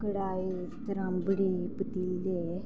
कढ़ाई त्रांबड़ी पतीले